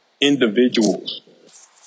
individuals